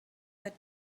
that